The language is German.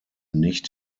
nicht